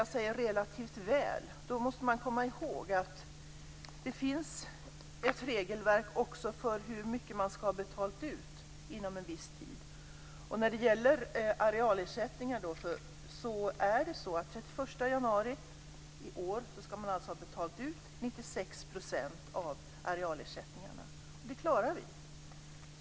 Jag säger "relativt väl". Vad är då det? Man måste komma ihåg att det finns ett regelverk också för hur mycket man ska ha betalt ut inom en viss tid. När det gäller arealersättningar ska man den 31 januari i år ha betalat ut 96 %. Och det klarar vi!